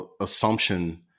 assumption